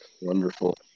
Wonderful